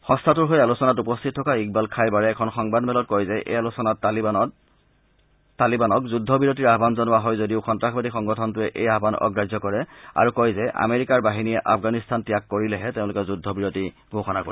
সংস্থাটোৰ হৈ আলোচনাত উপস্থিত থকা ইকবাল খাইবাৰে এখন সংবাদমেলত কয় যে এই আলোচনাত তালিবানত যুদ্ধ বিৰতিৰ আহান জনোৱা হয় যদিও সন্তাসবাদী সংগঠনটোৱে এই আহান অগ্ৰাহ্য কৰে আৰু কয় যে আমেৰিকাৰ বাহিনীয়ে আফগানিস্তান ত্যাগ কৰিলেহে তেওঁলোকে যুদ্ধবিৰতি ঘোষণা কৰিব